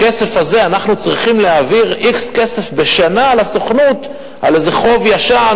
מהכסף הזה אנחנו צריכים להעביר x כסף בשנה לסוכנות על איזה חוב ישן,